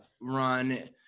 run